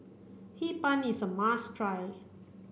Hee Pan is a must try